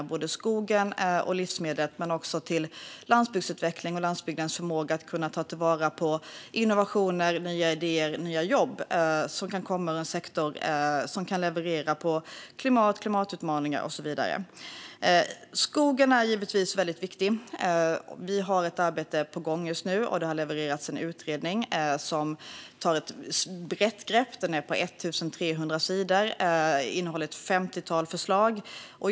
Det gäller både skogen och livsmedel men också landsbygdsutveckling och landsbygdens förmåga att ta till vara innovationer, nya idéer och nya jobb som kan komma ur den sektor som kan leverera på klimat, klimatutmaningar och så vidare. Skogen är givetvis väldigt viktig. Vi har ett arbete på gång just nu. Det har levererats en utredning som tar ett brett grepp. Den är på 1 300 sidor och innehåller ett femtiotal förslag.